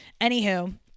anywho